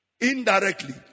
indirectly